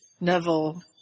Neville